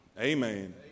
Amen